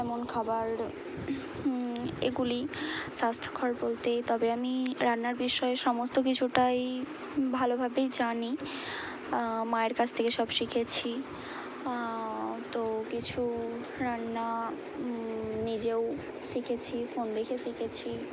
এমন খাবার এগুলি স্বাস্থ্যকর বলতে তবে আমি রান্নার বিষয়ে সমস্ত কিছুটাই ভালোভাবেই জানি মায়ের কাছ থেকে সব শিখেছি তো কিছু রান্না নিজেও শিখেছি ফোন দেখে শিখেছি